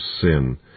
sin